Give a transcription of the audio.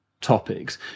topics